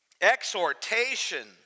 Exhortation